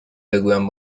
بگویم